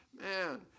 man